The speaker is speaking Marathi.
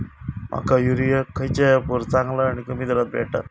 माका युरिया खयच्या ऍपवर चांगला आणि कमी दरात भेटात?